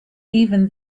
even